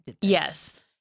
yes